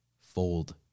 fold